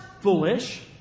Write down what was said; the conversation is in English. foolish